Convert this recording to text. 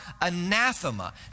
anathema